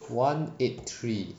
one eight three